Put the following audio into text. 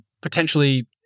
potentially